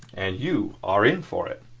and you are in for it.